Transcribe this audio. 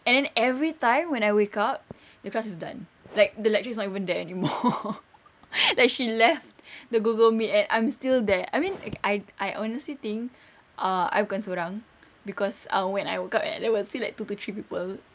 and then every time when I wake up the class is done like the lecturer is not even there anymore then she left the google meet and I'm still there I mean I I honestly think uh I bukan sorang cause ah when I woke up then I will see like two to three people